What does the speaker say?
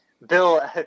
Bill